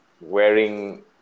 wearing